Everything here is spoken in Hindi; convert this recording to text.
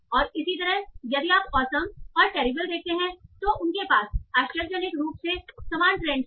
और इसी तरह यदि आप ऑसम और टेरिबल देखते हैं तो उनके पास आश्चर्यजनक रूप से समान ट्रेंडस हैं